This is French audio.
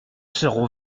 serons